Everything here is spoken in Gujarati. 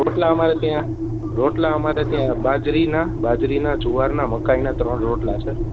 રોટલા અમારે ત્યાં રોટલા અમારે ત્યાં બાજરીના બાજરીના જુવારના મકાઈના ત્રણ રોટલા છે